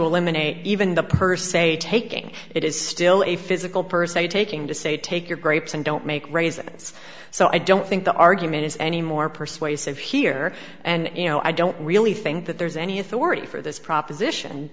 eliminate even the per se taking it is still a physical person taking to say take your grapes and don't make raisins so i don't think argument is any more persuasive here and you know i don't really think that there's any authority for this proposition